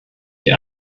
die